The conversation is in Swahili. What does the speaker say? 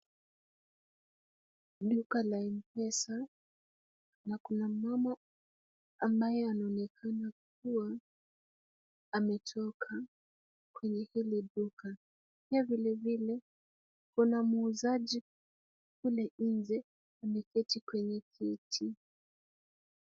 Duka la M-Pesa na kuna mama ambaye anaonekana kuwa ametoka kwenye hili duka. Pia vilevile kuna muuzaji kule nje ameketi kwenye kiti.